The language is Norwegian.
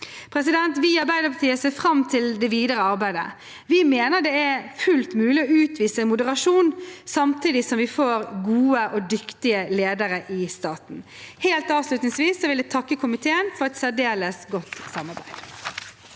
Vi i Arbeiderpartiet ser fram til det videre arbeidet. Vi mener det er mulig å utvise moderasjon samtidig som vi får gode og dyktige ledere i staten. Helt avslutningsvis vil jeg takke komiteen for et særdeles godt samarbeid.